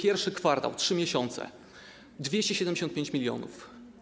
I kwartał, 3 miesiące - 275 mln.